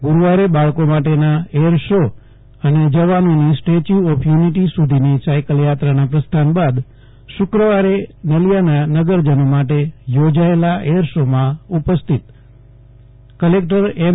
ગુરૂવારે બાળકો માટેના એર શો અને જવાનોની સ્ટેચ્યૂ ઓફ યુનિટી સુધીની સાઇકલ યાત્રાના પ્રસ્થાન બાદ શુક્રવારે નલિયાના નગરજનો માટે યોજાયેલા એર શોમાં ઉપસ્થિત કલેક્ટર એમ